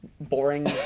boring